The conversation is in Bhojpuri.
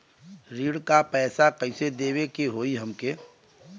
ऋण का पैसा कइसे देवे के होई हमके?